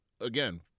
again-